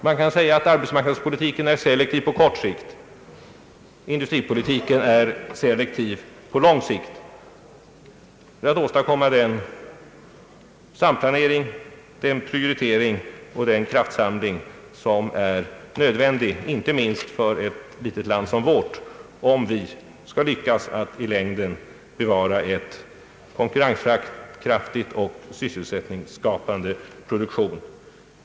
Man kan säga att arbetsmarknadspolitiken är selektiv på kort sikt och industripolitiken selektiv på lång sikt för att åstadkomma den samplanering, prioritering och kraftsamling som måste till inte minst i ett litet land som vårt, om vi skall lyckas att i längden bevara en konkurrenskraftig och sysselsättningsskapande produktion.